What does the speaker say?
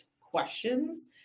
questions